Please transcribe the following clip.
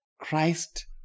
Christ